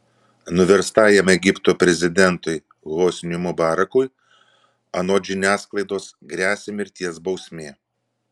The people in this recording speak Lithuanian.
nuverstajam egipto prezidentui hosniui mubarakui anot žiniasklaidos gresia mirties bausmė